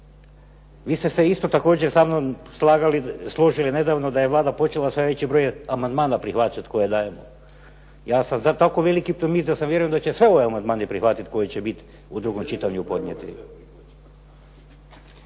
Vi ste se isto također sa mnom slagali, složili nedavno da je Vlada počela sve veći broj amandmana prihvaćati koje dajemo. Ja sam za tako veliki optimist, da vjerujem da će sve ove amandmane prihvatiti koji će biti u drugom čitanju podnijeti.